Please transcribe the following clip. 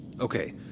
Okay